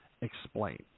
explain